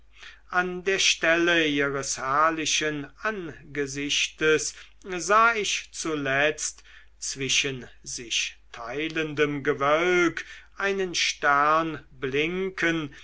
an der stelle ihres herrlichen angesichtes sah ich zuletzt zwischen sich teilendem gewölk einen stern blinken